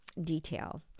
detail